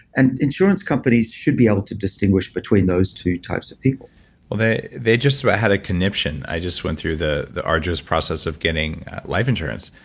and insurance companies should be able to distinguish between those two types of people they they just about had a connection. i just went through the the arduous process of getting life insurance.